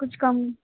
کچھ کم